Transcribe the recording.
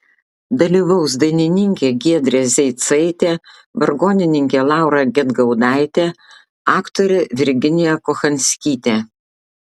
dalyvaus dainininkė giedrė zeicaitė vargonininkė laura gedgaudaitė aktorė virginija kochanskytė